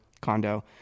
condo